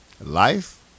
Life